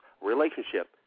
relationship